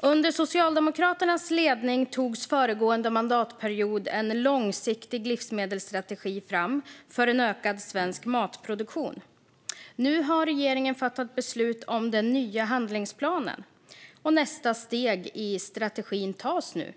Under Socialdemokraternas ledning togs föregående mandatperiod en långsiktig livsmedelsstrategi fram för en ökad svensk matproduktion. Nu har regeringen fattat beslut om den nya handlingsplanen, och nästa steg i strategin tas nu.